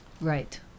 Right